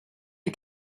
you